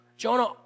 Jonah